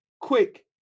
quick